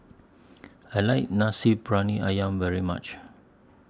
I like Nasi Briyani Ayam very much